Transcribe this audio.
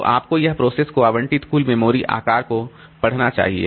तो आपको यह प्रोसेस को आवंटित कुल मेमोरी आकार को पढ़ना चाहिए